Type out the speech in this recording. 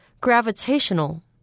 Gravitational